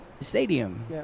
stadium